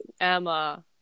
emma